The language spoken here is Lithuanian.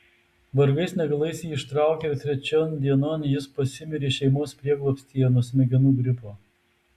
vargais negalais jį ištraukė ir trečion dienon jis pasimirė šeimos prieglobstyje nuo smegenų gripo